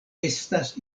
estas